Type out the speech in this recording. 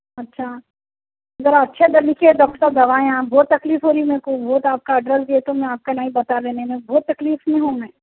اچھا ذرا اچھے دا لکھیے ڈاکٹر صاحب دوائیں آپ بہت تکلیف ہو رہی ہیں میرے کو بہت آپ کا اڈریس دئیے تو میں آپ کن آئی بتا دینے میں بہت تکلیف میں ہوں میں